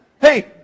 Hey